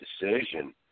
decision